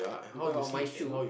because of my shoe